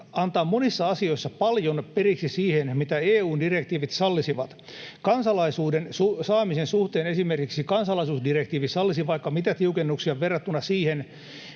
antaa monissa asioissa paljon periksi siitä, mitä EU-direktiivit sallisivat. Kansalaisuuden saamisen suhteen esimerkiksi kansalaisuusdirektiivi sallisi vaikka mitä tiukennuksia verrattuna siihen,